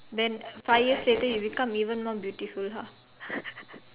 then five years later you become even more beautiful how